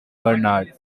bernard